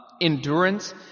Endurance